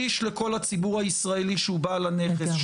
שליש לכל הציבור הישראלי שהוא בעל הנכס,